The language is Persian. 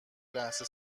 لحظه